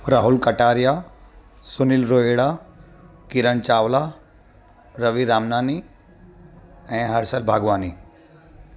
राहुल कटारिया सुनील रोहिड़ा किरन चावला रवि रामनानी ऐं हर्षद भागवानी